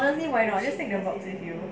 honestly why not just thinking about with you